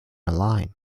online